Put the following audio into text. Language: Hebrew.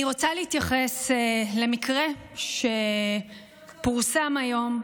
אני רוצה להתייחס למקרה שפורסם היום,